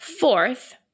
Fourth